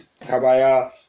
kabaya